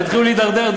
תתחילו להידרדר.